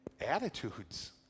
attitudes